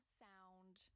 sound